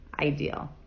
ideal